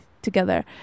Together